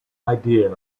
idea